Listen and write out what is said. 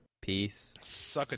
Peace